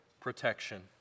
protection